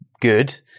good